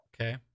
okay